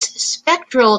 spectral